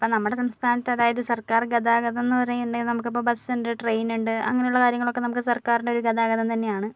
ഇപ്പോൾ നമ്മുടെ സംസ്ഥാനത്ത് അതായത് സർക്കാർ ഗതാഗതംന്ന് പറയുന്നേ നമുക്കിപ്പോൾ ബസ്സുണ്ട് ട്രെയിനുണ്ട് അങ്ങനെയുള്ള കാര്യങ്ങളൊക്കെ നമുക്ക് സർക്കാരിൻ്റെ ഒരു ഗതാഗതം തന്നെയാണ്